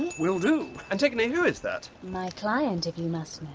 will do! antigone, who is that? my client, if you must know.